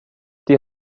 die